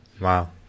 Wow